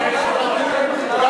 אייכלר, יש היום, רב